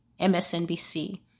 MSNBC